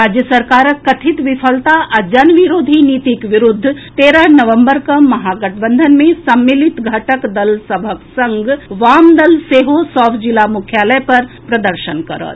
राज्य सरकारक कथित विफलता आ जन विरोधी नीतिक विरूद्ध तेरह नवम्बर के महागठबंधन मे सम्मिलित घटक दल सभक संग वामदल सेहो सभ जिला मुख्यालय पर प्रदर्शन करत